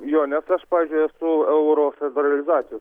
jo nes aš pavyzdžiui esu euro federalizacijos